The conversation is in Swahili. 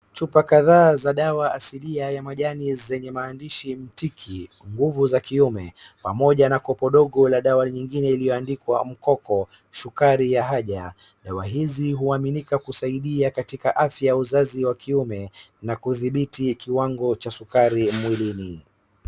Chupa kadhaa za dawa asilia ya majani zenye maandishi mtiki nguvu za kiume pamoja na kopo dogo la dawa nyingine iliyoandikwa mkoko sukari ya haja. Dawa hizi huaminika kusaidia katika afya ya uzazi wa kiume, na kudhibiti kiwango cha skari mwilini.